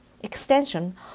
extension